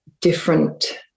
different